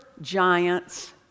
giants